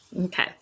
okay